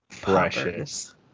Precious